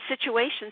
situations